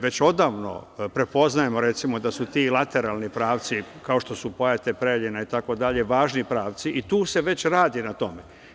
Već odavno prepoznajemo, recimo, da su ti lateralni pravci, kao što su Pojate – Preljina itd, važni pravci i tu se već radi na tome.